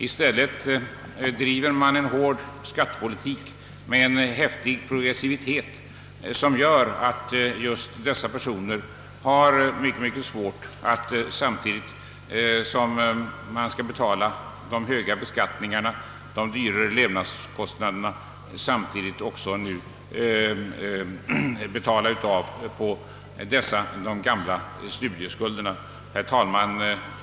I stället driver man en hård skattepolitik med en häftig progressivitet som gör att just dessa personer har mycket svårt att betala av på dessa gamla studieskulder samtidigt som de skall betala de höga skatterna och de dyrare levnadskostnaderna. Herr talman!